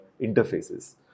interfaces